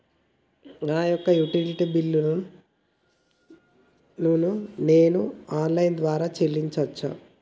నా యొక్క utility bill ను నేను ఆన్ లైన్ ద్వారా చెల్లించొచ్చా?